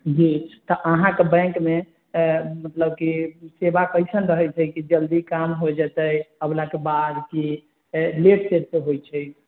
जी तऽ अहाँके बैंक मे मतलब कि सेवा कइसन रहै छै कि जल्दी काम हो जेतै अयला के बाद कि लेट सेट से होइ छै